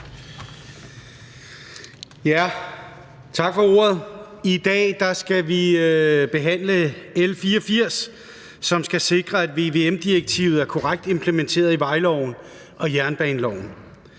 (S): Tak for ordet. I dag skal vi behandle L 84, som skal sikre, at vvm-direktivet er korrekt implementeret i vejloven og jernbaneloven.